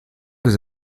des